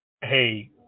hey